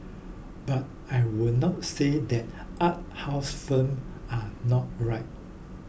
but I will not say that art house films are not right